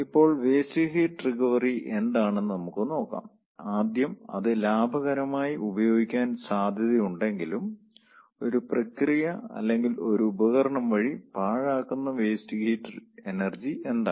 ഇപ്പോൾ waste heat recovery എന്താണെന്ന് നമുക്ക് നോക്കാം ആദ്യം അത് ലാഭകരമായി ഉപയോഗിക്കാൻ സാധ്യതയുണ്ടെങ്കിലും ഒരു പ്രക്രിയ അല്ലെങ്കിൽ ഒരു ഉപകരണം വഴി പാഴാക്കുന്ന വേസ്റ്റ് ഹീറ്റ് എനർജി എന്താണ്